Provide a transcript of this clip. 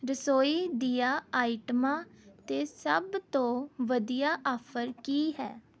ਰਸੌਈ ਦੀਆਂ ਆਈਟਮਾਂ 'ਤੇ ਸਭ ਤੋਂ ਵਧੀਆ ਆਫਰ ਕੀ ਹੈ